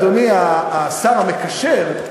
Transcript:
אדוני השר המקשר,